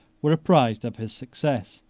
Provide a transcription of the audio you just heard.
were apprised of his success,